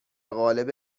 قالب